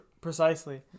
precisely